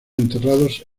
enterrados